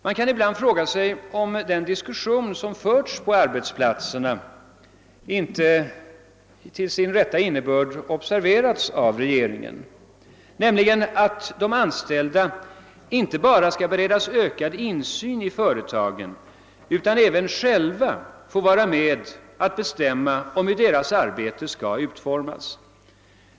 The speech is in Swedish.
Man kan ibland fråga sig om den diskussion, som förts på arbetsplatserna, verkligen till sin rätta innebörd observerais av regeringen, nämligen så att de anställda inte bara skall beredas ökad insyn i företaget utan även själva skall få vara med och bestämma om hur deras arbete skall utformas.